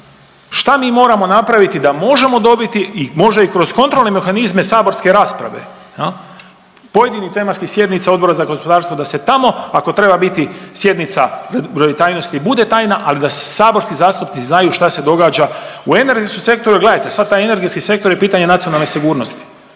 šta mi moramo napraviti da možemo dobiti i možda i kroz kontrolne mehanizme saborske rasprave jel, pojedinih tematskih sjednica Odbora za gospodarstvo da se tamo ako treba biti sjednica u tajnosti bude tajna, ali da saborski zastupnici znaju šta se događa u energetskom sektoru. Gledajte sad taj energetski sektor je pitanje nacionalne sigurnosti.